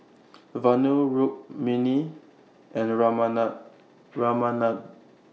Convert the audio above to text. Vanu Rukmini and Ramanand Ramanand